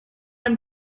ein